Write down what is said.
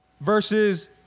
versus